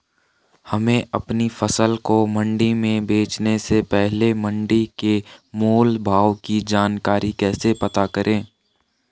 हमें अपनी फसल को मंडी में बेचने से पहले मंडी के मोल भाव की जानकारी कैसे पता करें?